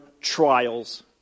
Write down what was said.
trials